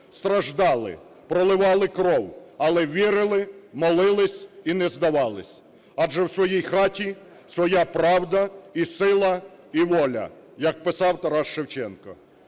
страждали, проливали кров, але вірили, молились і не здавались, адже "в своїй хаті своя правда, і сила, і воля", як писав Тарас Шевченко.